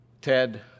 Ted